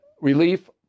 relief